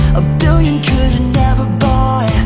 a billion could've never bought